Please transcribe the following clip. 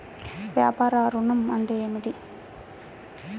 వ్యాపార ఋణం అంటే ఏమిటి?